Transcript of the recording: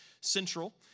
Central